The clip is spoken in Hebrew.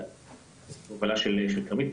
בהובלה של כרמית.